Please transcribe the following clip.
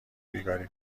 بیگاری